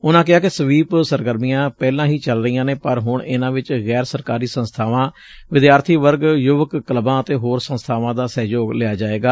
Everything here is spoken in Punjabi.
ਉਨੂਂ ਕਿਹਾ ਕਿ ਸਵੀਪ ਸਰਗਰਮੀਆਂ ਪਹਿਲਾਂ ਹੀ ਚਲ ਰਹੀਆਂ ਨੇ ਪਰ ਹੁਣ ਇਨੂਾਂ ਵਿਚ ਗੈਰ ਸਰਕਾਰੀ ਸੰਸਬਾਵਾਂ ਵਿਦਿਆਰਥੀ ਵਰਗ ਯੁਵਕ ਕਲੱਬਾਂ ਅਤੇ ਹੋਰ ਸੰਸਬਾਵਾਂ ਦਾ ਸਹਿਯੋਗ ਲਿਆ ਜਾਏਗਾ